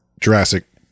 Jurassic